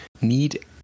need